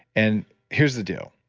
and here's the deal.